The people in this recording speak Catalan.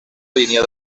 línia